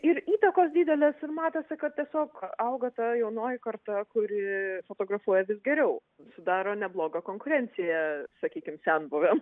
ir įtakos didelės ir matosi kad tiesiog auga ta jaunoji karta kuri fotografuoja vis geriau sudaro neblogą konkurenciją sakykim senbuviam